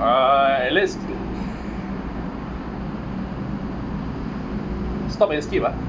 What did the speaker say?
alright let's stop and skip ah